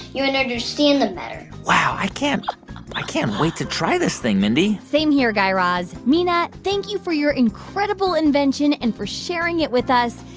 you would understand them better wow. i can't i can't wait to try this thing, mindy same here, guy raz. mina, thank you for your incredible invention and for sharing it with us.